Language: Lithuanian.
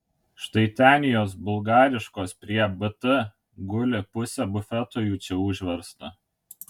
štai ten jos bulgariškos prie bt guli pusė bufeto jų čia užversta